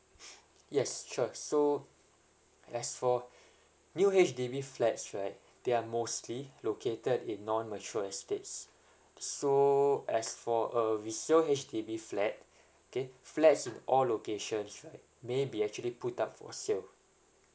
yes sure so as for new H_D_B flats right they are mostly located in non mature estates so as for a resale H_D_B flat okay flats in all locations right may be actually put up for sale